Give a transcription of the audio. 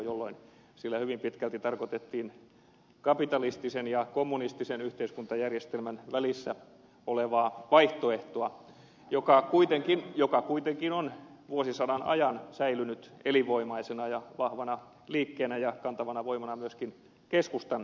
tuolloin sillä hyvin pitkälti tarkoitettiin kapitalistisen ja kommunistisen yhteiskuntajärjestelmän välissä olevaa vaihtoehtoa joka kuitenkin on vuosisadan ajan säilynyt elinvoimaisena ja vahvana liikkeenä ja kantavana voimana myöskin keskustan sisällä